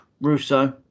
Russo